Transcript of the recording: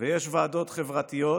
ויש ועדות חברתיות,